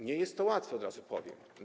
Nie jest to łatwe, od razu powiem.